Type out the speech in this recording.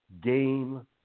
game